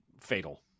fatal